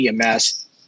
EMS